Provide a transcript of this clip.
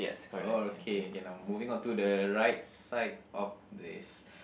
oh okay K now moving on to the right side of this